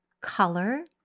color